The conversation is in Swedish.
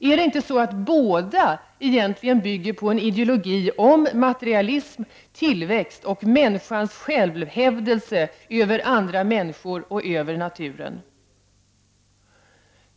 Är det inte så att båda egentligen bygger på en ideologi om materialism, tillväxt och människans självhävdelse över andra människor och över naturen?